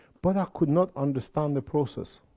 but i could not understand the process.